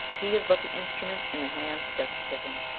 he is but the instrument in the hands of despotism.